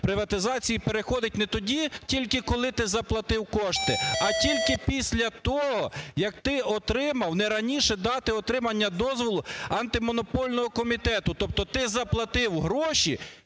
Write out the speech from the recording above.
приватизації переходить не тоді тільки, коли ти заплатив кошти, а тільки після того, як ти отримав не раніше дати отримання дозволу Антимонопольного комітету. Тобто ти заплатив гроші,